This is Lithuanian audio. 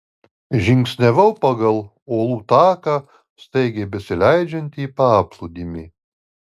žingsniavau pagal uolų taką staigiai besileidžiantį į paplūdimį